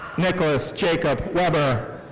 nicholas jacob weber.